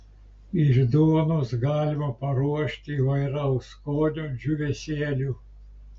iš duonos galima paruošti įvairaus skonio džiūvėsėlių